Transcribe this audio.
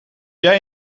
jij